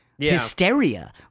hysteria